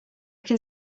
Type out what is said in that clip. can